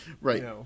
right